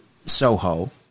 Soho